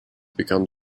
become